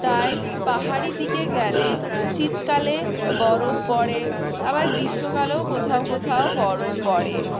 তাই পাহাড়ি দিকে গেলে শীতকালে বরফ পড়ে আবার গ্রীষ্মকালেও কোথাও কোথাও বরফ পড়ে